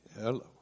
hello